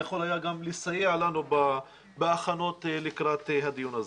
יכול לסייע לנו בהכנות לקראת הדיון הזה.